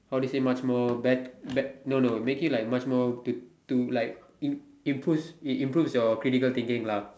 how they say much more bet bet no no make it like much more to to like improves it improves your critical thinking lah